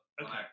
Okay